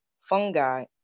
fungi